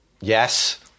Yes